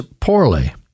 poorly